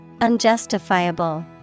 Unjustifiable